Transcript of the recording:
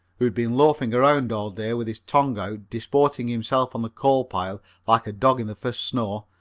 who had been loafing around all day with his tongue out disporting himself on the coal pile like a dog in the first snow,